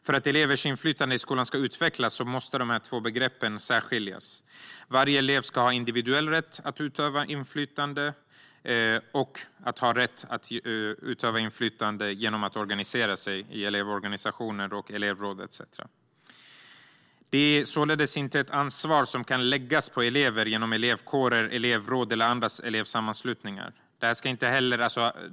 För att elevers inflytande i skolan ska utvecklas måste dessa två begrepp särskiljas. Varje elev ska ha individuell rätt att utöva inflytande och rätt att utöva inflytande genom att organisera sig i elevorganisationer, elevråd etcetera. Detta är således inte ett ansvar som kan läggas på elever genom elevkårer, elevråd eller andra elevsammanslutningar.